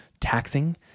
taxing